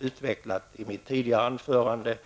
Dessa redovisade jag också i mitt anförande.